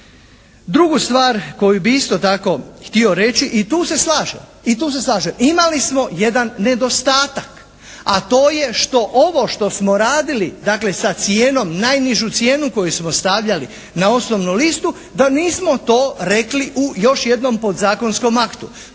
Drugu stvar koju bih isto tako htio reći i tu se slažem, imali smo jedan nedostatak, a to je što ovo što smo radili dakle sa cijenom, najnižu cijenu koju smo stavljali na osnovnu listu da nismo to rekli u još jednom podzakonskom aktu.